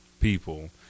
people